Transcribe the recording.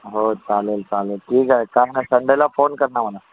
हो चालेल चालेल ठीक आहे काम कर संडेला फोन कर ना मला